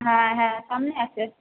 হ্যাঁ হ্যাঁ সামনে আছে